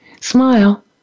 Smile